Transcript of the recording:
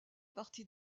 partie